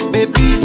Baby